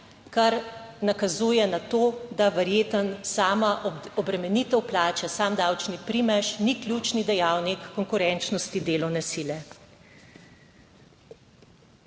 kar nakazuje na to, da verjetno sama obremenitev plače, sam davčni primež ni ključni dejavnik konkurenčnosti delovne sile.